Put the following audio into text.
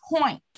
point